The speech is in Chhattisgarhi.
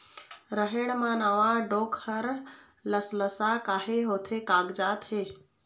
रहेड़ म नावा डोंक हर लसलसा काहे होथे कागजात हे?